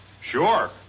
Sure